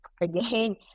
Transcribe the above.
again